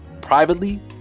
Privately